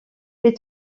fais